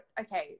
okay